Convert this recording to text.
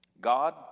God